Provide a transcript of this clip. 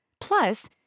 plus